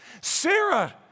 Sarah